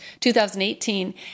2018